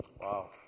Wow